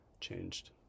changed